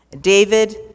David